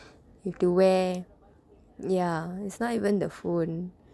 have to wear ya it's not even the phone